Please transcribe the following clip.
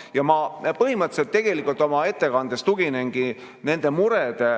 on. Ma põhimõtteliselt oma ettekandes tuginengi nende murede